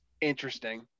interesting